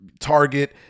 Target